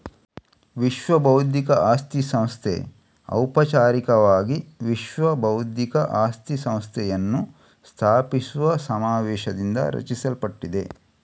ವಿಶ್ವಬೌದ್ಧಿಕ ಆಸ್ತಿ ಸಂಸ್ಥೆ ಔಪಚಾರಿಕವಾಗಿ ವಿಶ್ವ ಬೌದ್ಧಿಕ ಆಸ್ತಿ ಸಂಸ್ಥೆಯನ್ನು ಸ್ಥಾಪಿಸುವ ಸಮಾವೇಶದಿಂದ ರಚಿಸಲ್ಪಟ್ಟಿದೆ